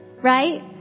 right